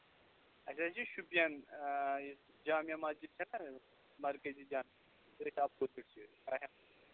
اَسہِ حظ چھِ شُپین یُس جامع مَسجد چھَنہ مَرکزی تٔتھۍ اپوزِٹ چھِ أسۍ